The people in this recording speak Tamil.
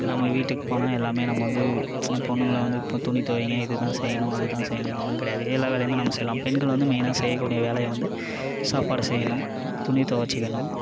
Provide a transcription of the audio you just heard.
நம்ம வீட்டுக்கு போனால் எல்லாமே நம்ம வந்து பொண்ணுங்களை வந்து இப்போ துணி துவைங்க இது தான் செய்யணும் அது தான் செய்யணுன்லாம் கிடையாது எல்லா வேலையுமே நம்ம செய்யலாம் பெண்கள் வந்து மெய்னாக செய்யக்கூடிய வேலை வந்து சாப்பாடு செய்யணும் துணி துவச்சிக்கிணும்